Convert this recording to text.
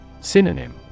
Synonym